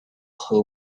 who